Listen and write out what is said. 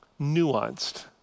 nuanced